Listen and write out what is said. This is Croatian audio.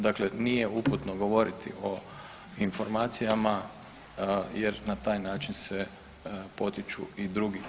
Dakle, nije uputno govoriti o informacijama jer na taj način se potiču i drugi.